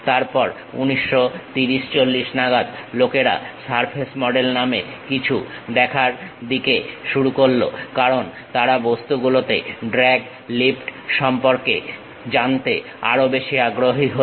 তারপর 1930 40 নাগাদ লোকেরা সারফেস মডেল নামে কিছুর দিকে দেখা শুরু করল কারণ তারা বস্তু গুলোতে ড্রাগ লিফট সম্পর্কে জানতে আরো বেশি আগ্রহী হল